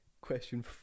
Question